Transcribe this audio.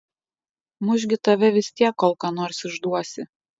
muš gi tave vis tiek kol ką nors išduosi